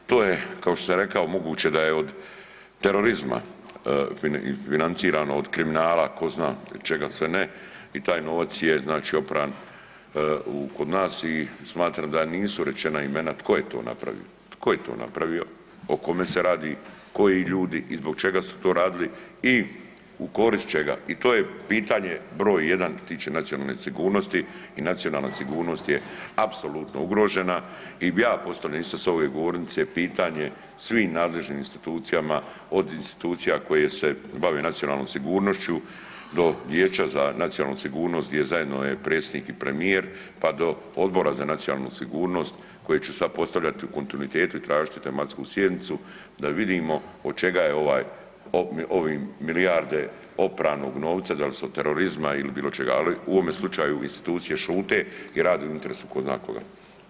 To je, kao što sam rekao, moguće da je od terorizma financirano, kriminala, ko zna od čega sve ne i taj novac je znači opran kod nas i smatram da nisu rečena imena tko je to napravio, tko je to napravio, o kome se radi, koji ljudi i zbog čega su to radili i u korist čega i to je pitanje br. 1. što se tiče nacionalne sigurnosti i nacionalna sigurnost je apsolutno ugrožena i ja postavljam isto s ove govornice pitanje svim nadležnim institucijama od institucija koje se bave nacionalnom sigurnošću do Vijeća za nacionalnu sigurnost gdje zajedno je i predsjednik i premijer, pa do Odbora za nacionalnu sigurnost koje će sad postavljati u kontinuitetu i tražiti tematsku sjednicu da vidimo od čega je ovaj, ovi milijarde opranog novca dal su od terorizma ili bilo čega, ali u ovome slučaju institucije šute i rade u interesu ko zna koga.